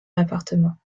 l’appartement